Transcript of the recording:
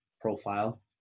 profile